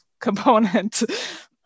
component